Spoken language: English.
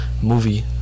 movie